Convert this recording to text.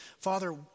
Father